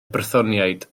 brythoniaid